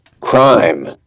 crime